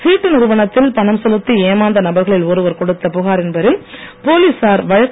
சீட்டு நிறுவனத்தில் பணம் செலுத்தி ஏமாந்த நபர்களில் ஒருவர் கொடுத்த புகாரின் பேரில் போலீசார் வழக